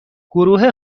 گروه